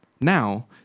Now